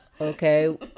Okay